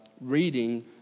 reading